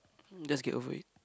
just get over it